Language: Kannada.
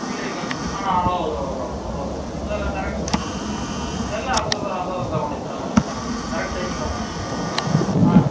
ಇಲ್ಲ ಈಗ ಆಂ ಹೌದು ಹೌದು ಹೌದು ಹೌದು ಅದೆಲ್ಲ ಕರೆಕ್ಟ್ ಎಲ್ಲ ಅರ್ಧರ್ಧ ಅರ್ಧರ್ಧ ತಗೊಂಡಿದ್ದೀನಿ ತಗೊಂಡಿದ್ದೀನಿ ತಗೊಂಡಿದ್ದೀನಿ ಕರೆಕ್ಟ್ ಟೈಮಿಗೆ ತಗೊಂಡಿದ್ದೀನಿ ಹಾಂ